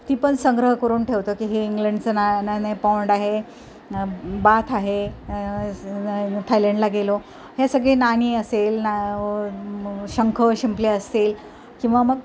ती पण संग्रह करून ठेवतो की हे इंग्लंडचं नाणं नाही पौंड आहे बाथ आहे थायलंडला गेलो ह्या सगळे नाणी असेल ना शंख शिंपले असेल किंवा मग